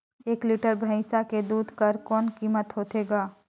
एक लीटर भैंसा के दूध कर कौन कीमत होथे ग?